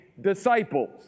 disciples